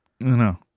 No